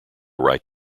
write